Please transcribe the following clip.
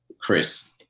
Chris